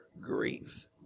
grief